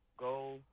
go